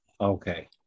okay